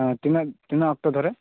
ᱛᱤᱱᱟᱹᱜ ᱛᱤᱱᱟᱹᱜ ᱚᱠᱛᱚ ᱫᱷᱚᱨᱮ